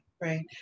right